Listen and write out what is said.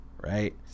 right